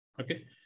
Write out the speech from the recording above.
Okay